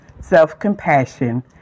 self-compassion